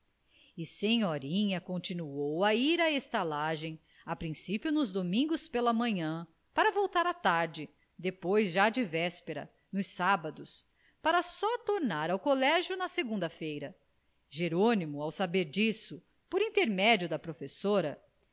senhorinha continuou a ir à estalagem a principio nos domingos pela manhã para voltar à tarde depois já de véspera nos sábados para só tornar ao colégio na segunda-feira jerônimo ao saber disto por intermédio da professora